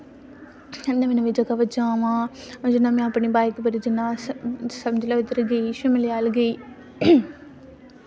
में नमीं नमीं जगह पर जावां में अपनी बाईक पर समझी लाओ इद्धर गेई शिमला अल्ल गेई